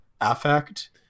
affect